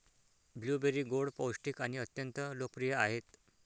blueberry गोड, पौष्टिक आणि अत्यंत लोकप्रिय आहेत